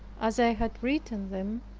as i had written them,